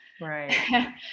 Right